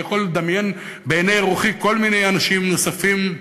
אני יכול לדמיין בעיני רוחי כל מיני אנשים נוספים,